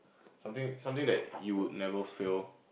something something that you would never fail